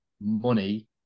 money